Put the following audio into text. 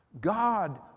God